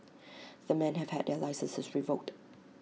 the men have had their licences revoked